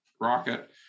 Rocket